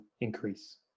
increase